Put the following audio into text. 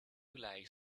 like